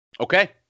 Okay